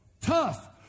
Tough